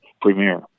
Premier